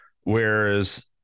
whereas